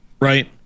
right